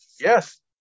yes